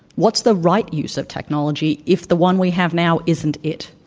what's the right use of technology if the one we have now isn't it?